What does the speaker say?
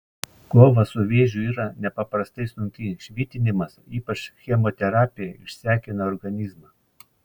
kova su vėžiu yra nepaprastai sunki švitinimas ypač chemoterapija išsekina organizmą